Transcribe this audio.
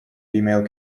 female